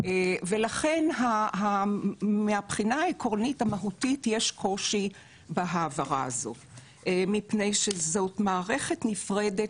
ולכן מהבחינה העקרונית המהותית יש קושי בהעברה הזו מפני שזאת מערכת נפרדת